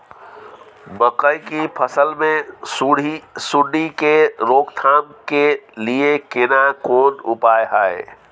मकई की फसल मे सुंडी के रोक थाम के लिये केना कोन उपाय हय?